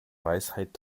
weisheit